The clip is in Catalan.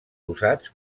usats